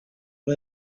but